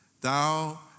Thou